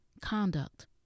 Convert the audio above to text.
conduct